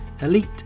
elite